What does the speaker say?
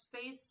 space